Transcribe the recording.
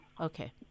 Okay